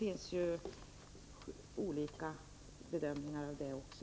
Så det görs olika bedömningar av det också.